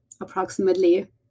approximately